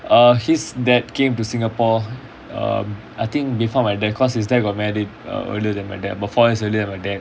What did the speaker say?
uh his dad came to singapore um I think before my dad cause his dad got married err earlier than my dad about four years earlier than my dad